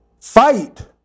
Fight